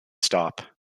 stop